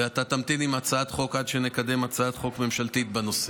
ואתה תמתין עם הצעת החוק עד שנקדם הצעת חוק ממשלתית בנושא.